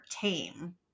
tame